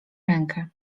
rękę